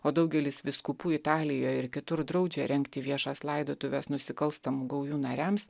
o daugelis vyskupų italijoje ir kitur draudžia rengti viešas laidotuves nusikalstamų gaujų nariams